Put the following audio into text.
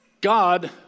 God